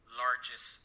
largest